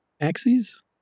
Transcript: axes